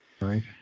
right